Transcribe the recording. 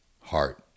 heart